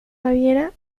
baviera